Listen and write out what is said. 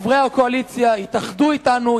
חברי הקואליציה יתאחדו אתנו,